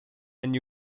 and